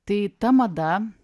tai ta mada